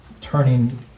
turning